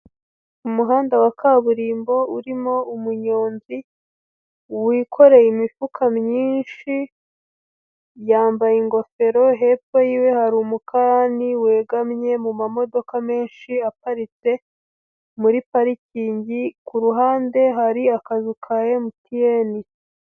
Umuhanda wa kaburimbo urimo umunyonzi wikoreye imifuka myinshi, yambaye ingofero, hepfo yiwe hari umukarani wegamye mu mamodoka menshi aparitse muri parikingi, ku ruhande hari akazu ka MTN.